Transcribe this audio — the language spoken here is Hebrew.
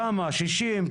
כמה 60?